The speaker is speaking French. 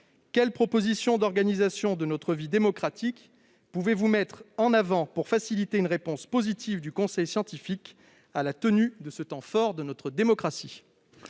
quelles propositions d'organisation de notre vie démocratique pouvez-vous mettre en avant pour faciliter une réponse positive du conseil scientifique à la tenue de ce temps fort de notre démocratie ?